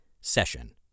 session